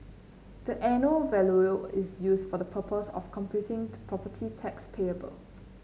the annual value is used for the purpose of computing the property tax payable